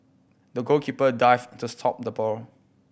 the goalkeeper dived to stop the ball